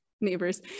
neighbors